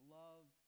love